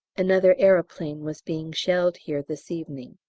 another aeroplane was being shelled here this evening.